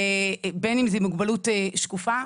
בין אם זה מוגבלות שקופה,